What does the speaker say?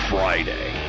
Friday